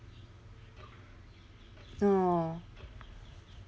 oh